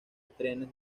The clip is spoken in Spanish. trenes